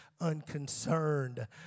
unconcerned